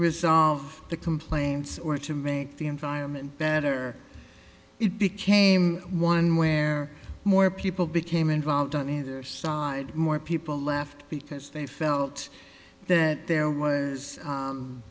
resolve the complaints or to make the environment better it became one where more people became involved on either side more people left because they felt that there was